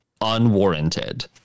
Unwarranted